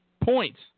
points